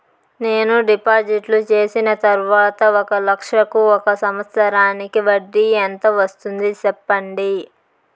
నేను డిపాజిట్లు చేసిన తర్వాత ఒక లక్ష కు ఒక సంవత్సరానికి వడ్డీ ఎంత వస్తుంది? సెప్పండి?